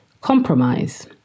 compromise